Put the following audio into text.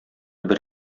бер